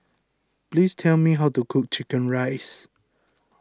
please tell me how to cook Chicken Rice